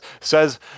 says